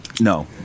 No